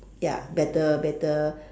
ya better better